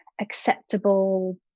acceptable